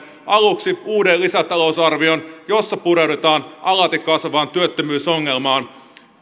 aluksi uuden lisätalousarvion jossa pureudutaan alati kasvavaan työttömyys ongelmaan